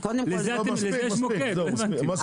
זהו.